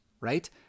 right